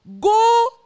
go